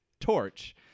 torch